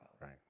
Right